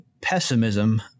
pessimism